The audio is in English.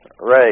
Right